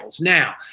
Now